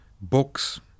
books